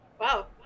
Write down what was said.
Wow